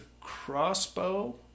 crossbow